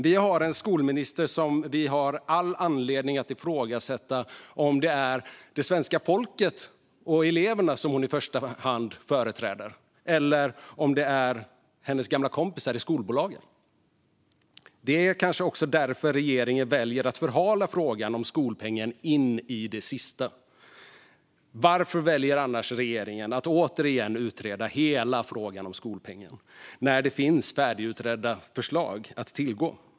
När det gäller vår skolminister har vi all anledning att fråga oss om det är svenska folket och eleverna hon i första hand företräder, eller om det är hennes gamla kompisar i skolbolagen. Det är kanske också därför regeringen väljer att förhala frågan om skolpengen in i det sista. Varför väljer annars regeringen att återigen utreda hela frågan om skolpengen, när det finns färdigutredda förslag att tillgå?